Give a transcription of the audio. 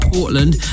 Portland